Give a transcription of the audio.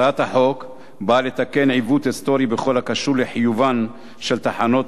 הצעת החוק באה לתקן עיוות היסטורי בכל הקשור לחיובן של תחנות